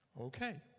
Okay